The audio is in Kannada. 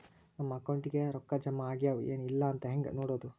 ನಮ್ಮ ಅಕೌಂಟಿಗೆ ರೊಕ್ಕ ಜಮಾ ಆಗ್ಯಾವ ಏನ್ ಇಲ್ಲ ಅಂತ ಹೆಂಗ್ ನೋಡೋದು?